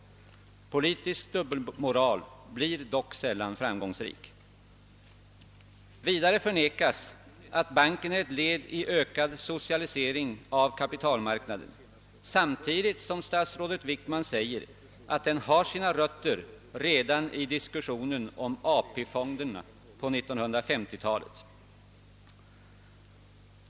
Politisk dubbelmoral blir dock sällan framgångsrik. Vidare förnekas att banken är ett led i ökad socialisering av kapitalmarknaden, samtidigt som statsrådet Wickman säger att den har sina rötter redan i diskussionen om AP-fonderna på 1950 talet.